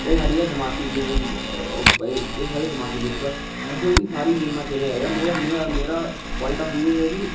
एह् सारियां दिमाकी गेम ना ओह् भाई साढ़ी दिमाकी गेम ना पर आसेंगी सारी गेमां मेरा पबाइंट आफ बियू ऐ है कि